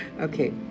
Okay